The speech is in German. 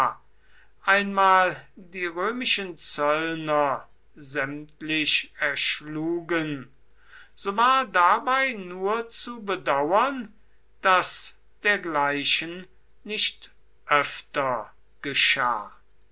einmal die römischen zöllner sämtlich erschlugen so war dabei nur zu bedauern daß dergleichen nicht öfter geschah